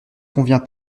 convient